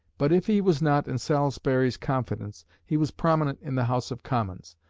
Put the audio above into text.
but if he was not in salisbury's confidence, he was prominent in the house of commons.